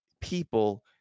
people